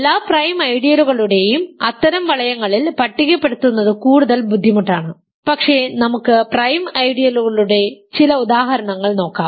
എല്ലാ പ്രൈം ഐഡിയലുകളെയും അത്തരം വളയങ്ങളിൽ പട്ടികപ്പെടുത്തുന്നത് കൂടുതൽ ബുദ്ധിമുട്ടാണ് പക്ഷേ നമുക്ക് പ്രൈം ഐഡിയലുകളുടെ ചില ഉദാഹരണങ്ങൾ നോക്കാം